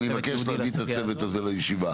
אז אני מבקש להזמין את הצוות הזה לישיבה.